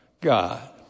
God